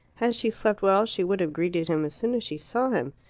had she slept well she would have greeted him as soon as she saw him.